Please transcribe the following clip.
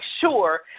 sure